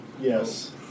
Yes